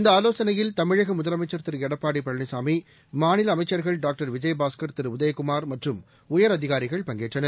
இந்த ஆலோசனையில் தமிழக முதலமைச்ச் திரு எடப்பாடி பழனிசாமி மாநில அமைச்ச்கள் டாக்டர் விஜயபாஸ்கர் திரு உதயகுமார் மற்றும் உயரதிகாரிகள் பங்கேற்றனர்